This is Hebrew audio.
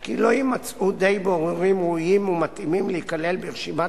כי לא יימצאו די בוררים ראויים ומתאימים להיכלל ברשימת